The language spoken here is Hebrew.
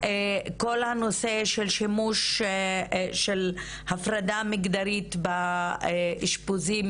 הנושא של הפרדה מגדרית באשפוזים,